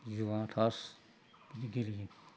जुवा थास बिदि गेलेयो